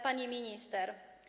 Pani Minister!